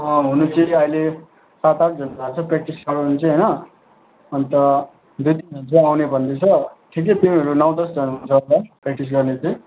अँ हुनु चाहिँ आहिले सात आठजना भएको छ प्र्याक्टिस गराउने चाहिँ होइन अन्त दुई तिनजना चाहिँ आउने भन्दै छ ठिकै प्लेयरहरू नौ दसजना हुन्छ होला प्र्याक्टिस गर्ने चाहिँ